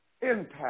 impact